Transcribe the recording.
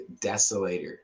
desolator